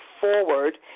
forward